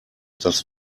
das